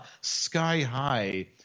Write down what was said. sky-high